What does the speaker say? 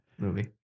movie